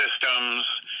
systems